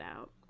out